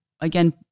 again